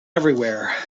everywhere